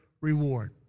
reward